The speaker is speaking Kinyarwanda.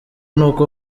n’uko